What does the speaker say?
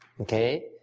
Okay